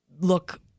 look